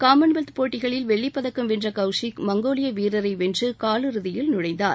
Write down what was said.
common wealth போட்டிகளில் வெள்ளிப் பதக்கம் வென்ற கவுசிக் மங்கோலிய வீரரை வென்று காலிறுதியில் நுழைந்தார்